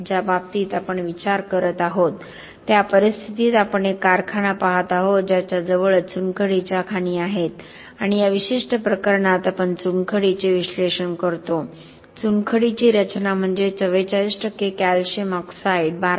ज्या बाबतीत आपण विचार करत आहोत त्या परिस्थितीत आपण एक कारखानापाहत आहोत ज्याच्या जवळच चुनखडीच्या खाणी आहेत आणि या विशिष्ट प्रकरणात आपण चुनखडीचे विश्लेषण करतो चुनखडीची रचना म्हणजे 44 कॅल्शियम ऑक्साईड 12